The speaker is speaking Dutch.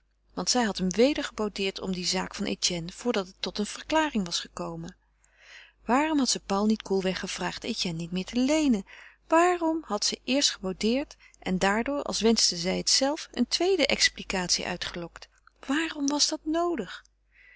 want zij had hem weder geboudeerd om die zaak van etienne voordat het tot een verklaring was gekomen waarom had ze paul niet koelweg gevraagd etienne niet meer te leenen waarom had ze eerst geboudeerd en daardoor als wenschte zij het zelve eene tweede explicatie uitgelokt waarom was dat noodig